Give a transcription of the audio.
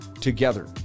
together